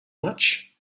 much